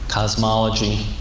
cosmology